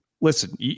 listen